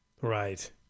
right